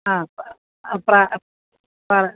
ആ പ ആ പ്ര പറ